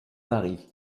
paris